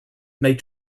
made